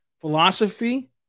philosophy